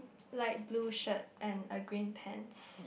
like blue shirt and a green pants